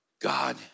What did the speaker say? God